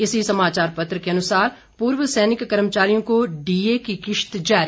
इसी समाचार पत्र के अनुसार पूर्व सैनिक कर्मचारियों को डीए की किश्त जारी